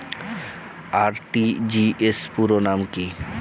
RTGS পুরো নাম কি?